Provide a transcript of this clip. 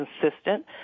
consistent